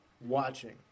watching